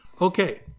Okay